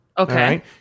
Okay